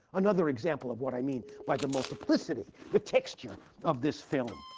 another example of what i mean by the multiplicity, the texture of this film.